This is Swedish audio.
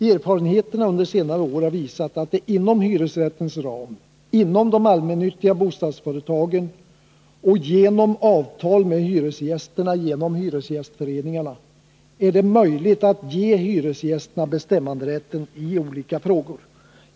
Erfarenheterna under senare år har visat att det inom hyresrättens ram, inom de allmännyttiga bostadsföretagen och genom avtal med hyresgästerna genom hyresgästföreningarna är möjligt att ge hyresgästerna bestämmanderätten i olika frågor.